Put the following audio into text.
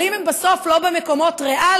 אבל אם הן בסוף לא במקומות ריאליים,